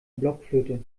blockflöte